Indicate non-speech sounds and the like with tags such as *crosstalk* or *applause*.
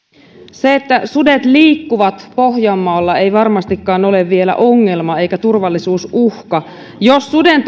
se että sudet liikkuvat pohjanmaalla ei varmastikaan vielä ole ongelma eikä turvallisuusuhka jos suden *unintelligible*